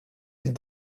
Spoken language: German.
die